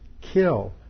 kill